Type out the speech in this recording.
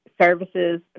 services